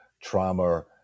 trauma